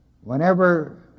Whenever